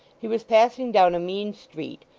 he was passing down a mean street,